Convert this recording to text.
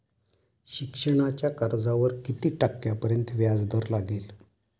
शिक्षणाच्या कर्जावर किती टक्क्यांपर्यंत व्याजदर लागेल?